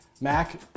Mac